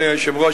אדוני היושב-ראש,